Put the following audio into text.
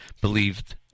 believed